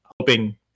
Hoping